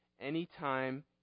anytime